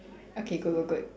okay good good good